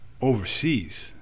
overseas